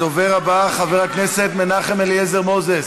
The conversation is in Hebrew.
הדובר הבא, חבר הכנסת מנחם אליעזר מוזס.